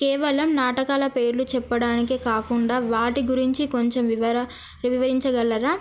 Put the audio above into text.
కేవలం నాటకాల పేర్లు చెప్పడానికి కాకుండా వాటి గురించి కొంచెం వివరించగలరా